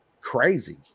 crazy